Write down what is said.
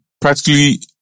practically